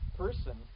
person